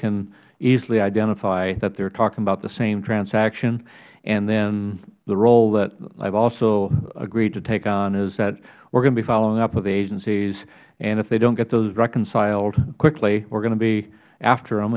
can easily identify that they are talking about the same transaction and then the role that i have also agreed to take on is that we are going to be following up with the agencies and if they don't get those reconciled quickly we are going to be after